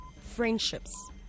Friendships